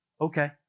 Okay